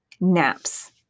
Naps